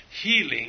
healing